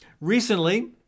recently